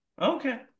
Okay